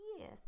Yes